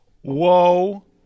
Whoa